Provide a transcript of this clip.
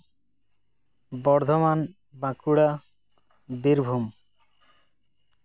Bardhaman Bankura Birbhum